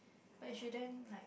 but you shouldn't like